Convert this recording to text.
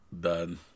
done